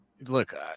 look